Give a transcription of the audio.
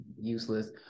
Useless